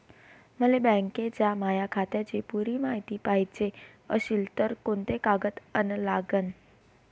मले बँकेच्या माया खात्याची पुरी मायती पायजे अशील तर कुंते कागद अन लागन?